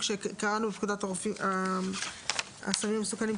כשקראנו את פקודת הסמים המסוכנים.